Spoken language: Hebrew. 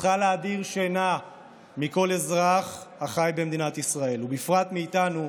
צריכה להדיר שינה מכל אזרח החי במדינת ישראל ובפרט מאיתנו,